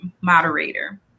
moderator